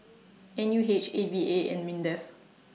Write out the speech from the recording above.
N U H A V A and Mindef